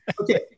Okay